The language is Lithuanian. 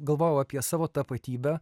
galvojau apie savo tapatybę